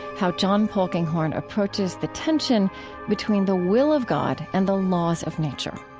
how john polkinghorne approaches the tension between the will of god and the laws of nature.